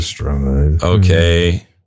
okay